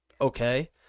okay